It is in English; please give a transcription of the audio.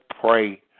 pray